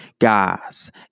Guys